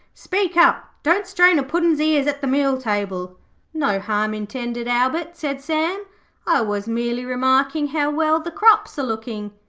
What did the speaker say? speak up. don't strain a puddin's ears at the meal table no harm intended, albert said sam, i was merely remarking how well the crops are looking.